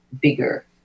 bigger